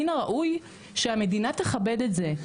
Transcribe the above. מן הראוי שהמדינה תכבד את זה.